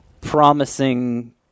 promising